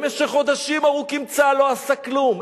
במשך חודשים ארוכים צה"ל לא עשה כלום.